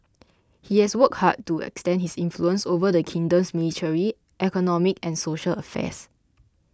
he has worked hard to extend his influence over the kingdom's military economic and social affairs